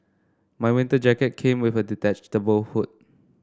my winter jacket came with a detachable hood